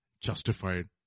justified